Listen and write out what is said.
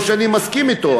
לא שאני מסכים אתו,